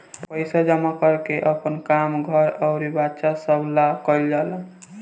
पइसा जमा कर के आपन काम, घर अउर बच्चा सभ ला कइल जाला